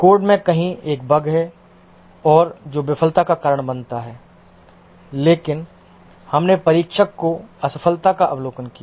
code में कहीं एक बग है और जो विफलता का कारण बनता है लेकिन हमने परीक्षक को असफलता का अवलोकन किया